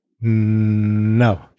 No